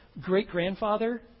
great-grandfather